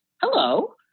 hello